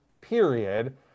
period